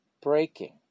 Breaking